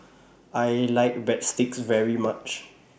I like Breadsticks very much